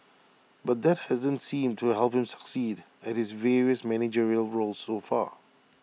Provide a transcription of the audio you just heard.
but that hasn't seemed to help him succeed at his various managerial roles so far